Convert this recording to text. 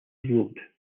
road